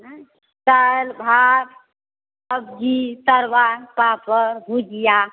दालि भात सब्जी तरुआ पापड़ भुजिआ